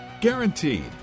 Guaranteed